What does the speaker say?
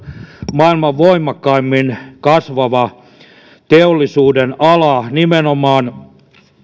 maailman voimakkaimmin kasvava teollisuudenala nimenomaan